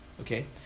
Okay